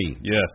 Yes